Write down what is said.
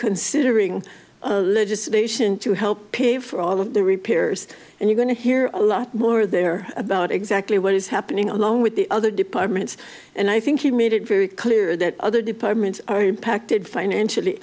considering legislation to help pay for all of the repairs and you going to hear a lot more there about exactly what is happening along with the other departments and i think you've made it very clear that other departments are impacted financially